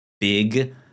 big